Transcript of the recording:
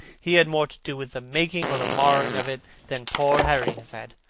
he had more to do with the making or the marring of it than poor harry has had.